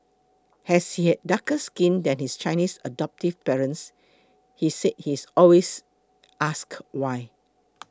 as he has darker skin than his Chinese adoptive parents he said he is always ask why